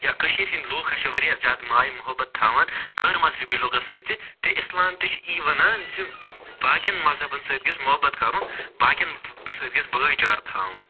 یا کٔشیٖرِ ہنٛدۍ لوٗکھ ہسا چھِ واریاہ زیادٕ ماے محبت تھاوان غٲر مذہبی لوٗکَن سۭتۍ تہِ تہٕ اِسلام تہِ چھُ یی وَنان زِ باقِیَن مذہبَن سۭتۍ گژھہِ محبت کَرُن باقِیَن سۭتۍ گژھہِ بھٲے چارٕ تھاوُن